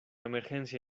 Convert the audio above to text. emergencia